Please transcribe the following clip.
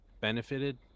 benefited